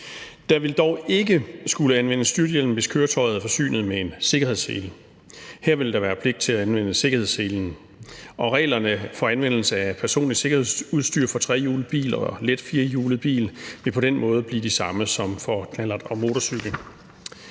Der vil dog ikke skulle anvendes styrthjelm, hvis køretøjet er forsynet med en sikkerhedssele – her vil der være pligt til at anvende sikkerhedsselen. Reglerne for anvendelse af personligt sikkerhedsudstyr for trehjulede biler og lette firhjulede biler vil på den måde blive de samme som for knallert og motorcykel.